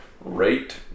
rate